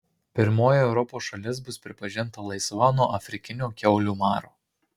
pirmoji europos šalis bus pripažinta laisva nuo afrikinio kiaulių maro